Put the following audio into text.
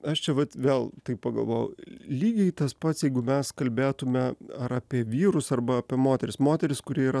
aš čia vat vėl taip pagalvojau lygiai tas pats jeigu mes kalbėtume ar apie vyrus arba apie moteris moteris kuri yra